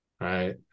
right